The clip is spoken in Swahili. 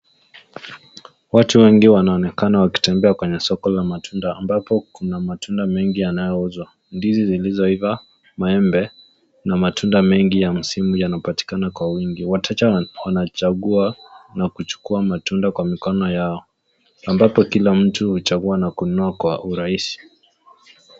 Watu wengi wanaonekana wakitembea kwenye soko la matunda ambapo kuna matunda mengi yanayo uzwa, ndizi zilizo iva, maembe, na matunda mengi ya msimu yanapatikana kwa wingi. Wateja wanachagua na kuchukua matunda kwa mikono yao ambapo kila mtu huchagua na kununua kwa urahisi.